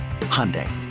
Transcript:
Hyundai